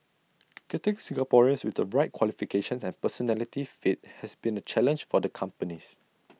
getting Singaporeans with the bright qualifications and personality fit has been A challenge for the companies